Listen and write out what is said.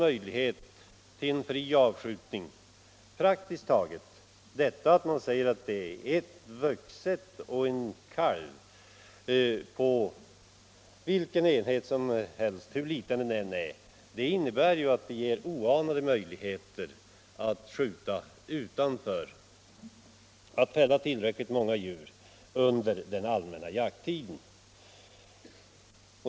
Tvärtom ges det fortsatt möjlighet till praktiskt taget fri avskjutning. Får man fälla ett vuxet djur och en kalv på vilken enhet som helst, hur liten den än är, innebär det ju oanade möjligheter att skjuta tillräckligt många djur under den allmänna jakttiden.